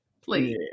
please